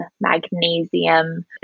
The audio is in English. magnesium